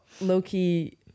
low-key